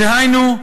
דהיינו,